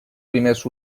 primers